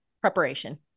preparation